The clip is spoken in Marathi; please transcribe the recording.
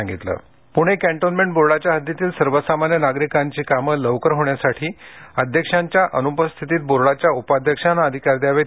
गिरीश बापट कॅन्टोन्मेंट पुणे कॅन्टोन्मेंट बोर्डाच्या हद्दीतील सर्वसामान्य नागरिकांची कामे वेळेत आणि लवकर होण्यासाठी अध्यक्षांच्या अनुपस्थितीत बोर्डाच्या उपाध्यक्षांना अधिकार द्यावेत